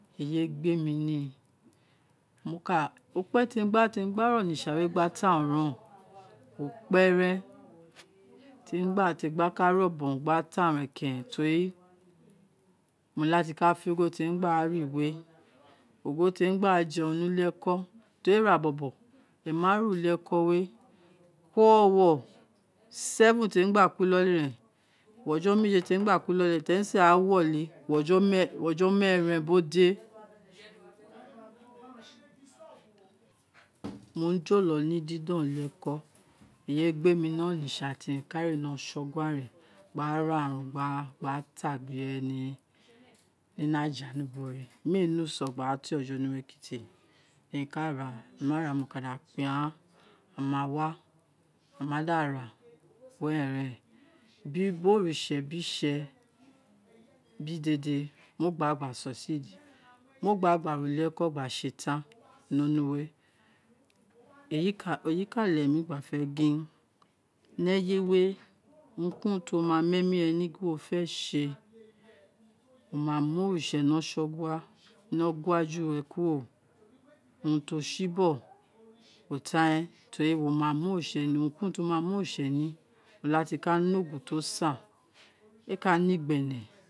Eye ee gbe mi ni, mo ka, okpe ti te mi gba re onitsha we gba ta run re, o kpe ren, re mi gba ka re obon gba ta run ono keren tori mo lati ka fé ogho, te mi gba ra we, ogho te mi gba je run ni uli eko tori ira bobo mo ma re uli eko we kuri owowo 7 temi gba kuri inoli ren, di emi si a inoli ughojo mee ren bo de mo jolo me didon ulieko, eyi owun re gbe mi nu onitsha ni mo ka re ni osogua ren gba ra urun, gba ta gbe ireye ni aja ni ubo we mee ne uso gba to ojo nuwe kiti de mi ka ra a mo ma ra mo ka da kpe aghan, aghan ma wa, aghan ma da ra were gbo oritse biri itse biri dede mo gba e gba succeed mo gba gba re ulieko gba se tan ni onuwe eyi ka leghe gba fe gin ni eye we urun ki urun ti wo ma mu emi gin wo fe se wo ma mu oritse ni osogua ni ogua ju ro kuro, urun ti o si bogho o tan ren, tori, wo ma mu oritse urun ki urun ti wo ma mu oritse mu ni o la ti ka ne ogun ti o san ee ka ne ignene.